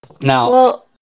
Now